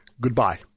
Goodbye